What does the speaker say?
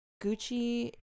Gucci